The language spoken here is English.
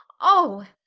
oh,